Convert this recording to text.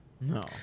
No